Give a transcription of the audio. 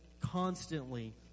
constantly